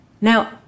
Now